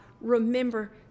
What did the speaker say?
remember